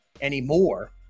anymore